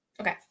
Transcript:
Okay